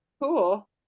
cool